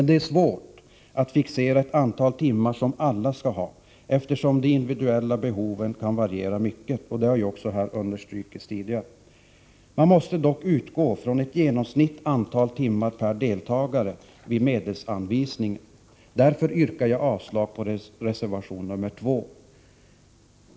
Det är svårt att fixera ett antal timmar som alla skall ha, eftersom de individuella behoven kan variera mycket. Det har också understrukits här tidigare. Man måste dock utgå från ett genomsnittligt antal timmar per deltagare vid medelsanvisningen. Därför yrkar jag avslag på reservation nr 2.